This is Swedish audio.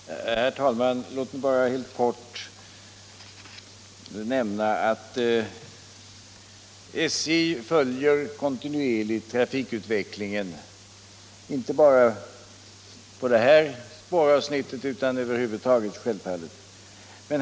Nr 57 Herr talman! Låt mig bara helt kort nämna att SJ självfallet konti Torsdagen den nuerligt följer trafikutvecklingen, inte bara på det här spåravsnittet utan 20 januari 1977 över huvud taget.